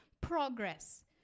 progress